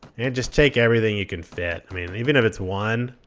and just take everything you can fit. i mean, even if it's one,